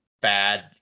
bad